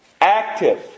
active